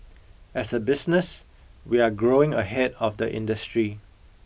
as a business we're growing ahead of the industry